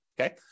okay